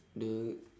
the